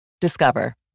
Discover